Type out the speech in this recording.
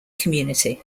community